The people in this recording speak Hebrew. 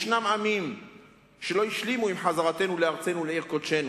יש עמים שלא השלימו עם חזרתנו לארצנו ולעיר קודשנו,